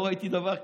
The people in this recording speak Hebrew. לא ראיתי דבר כזה.